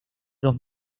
dos